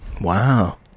Wow